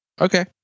Okay